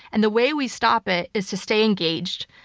and the way we stop it is to stay engaged.